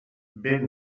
vent